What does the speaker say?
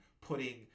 putting